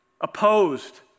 Opposed